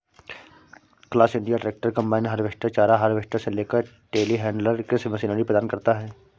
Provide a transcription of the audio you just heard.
class India tractor, combine harvester, चारा harvester से लेकर टेलीहैंडलर कृषि मशीनरी प्रदान करता है